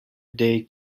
day